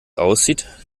aussieht